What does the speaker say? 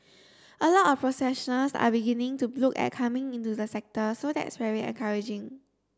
a lot of professionals are beginning to look at coming into the sector so that's very encouraging